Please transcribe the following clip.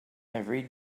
every